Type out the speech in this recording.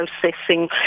processing